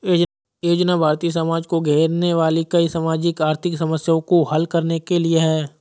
योजनाएं भारतीय समाज को घेरने वाली कई सामाजिक आर्थिक समस्याओं को हल करने के लिए है